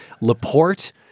Laporte